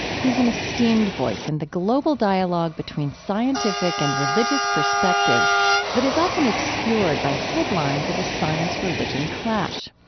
he's an esteemed voice in the global dialogue between scientific and religious perspectives that is often obscured by headlines of a science-religion clash.